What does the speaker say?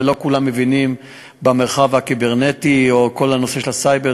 ולא כולם מבינים במרחב הקיברנטי או בכל הנושא של הסייבר,